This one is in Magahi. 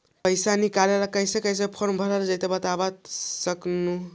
पैसा निकले ला कैसे कैसे फॉर्मा भरे परो हकाई बता सकनुह?